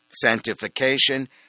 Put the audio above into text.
sanctification